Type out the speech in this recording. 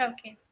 Okay